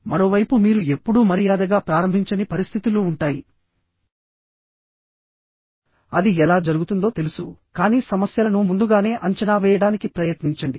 మరోవైపు మీరు ఎప్పుడూ మర్యాదగా ప్రారంభించని పరిస్థితులు ఉంటాయ అది ఎలా జరుగుతుందో తెలుసు కానీ సమస్యలను ముందుగానే అంచనా వేయడానికి ప్రయత్నించండి